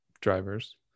drivers